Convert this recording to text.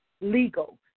legal